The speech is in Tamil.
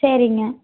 சரிங்க